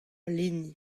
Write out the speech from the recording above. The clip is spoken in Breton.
hini